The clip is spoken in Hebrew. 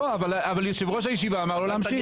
לא, אבל יושב ראש הישיבה אמר לו להמשיך.